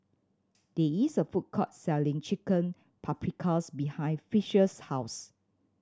there is a food court selling Chicken Paprikas behind Fisher's house